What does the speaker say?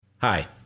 Hi